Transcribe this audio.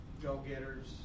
Go-getters